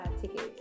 tickets